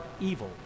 evil